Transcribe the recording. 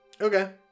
Okay